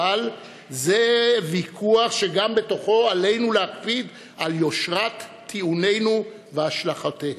אבל זה ויכוח שגם בתוכו עלינו להקפיד על יושרת טיעונינו והשלכותיהם.